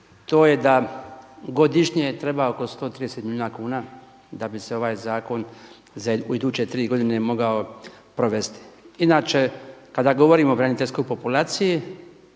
to je da godišnje treba oko 130 milijuna kuna da bi se ovaj zakon u iduće tri godine mogao provesti. Inače kada govorimo o braniteljskoj populaciji,